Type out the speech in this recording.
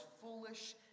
foolish